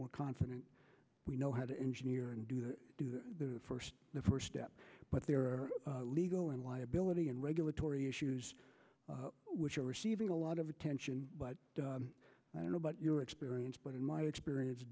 more confident we know how to engineer and do the first the first step but there are legal and liability and regulatory issues which are receiving a lot of attention but i don't know about your experience but in my experience